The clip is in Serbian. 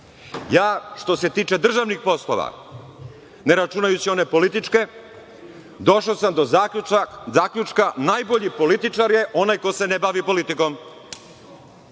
Ja što se tiče državnih poslova ne računajući one političke, došao sam do zaključka, najbolji političar je onaj koji se ne bavi politikom.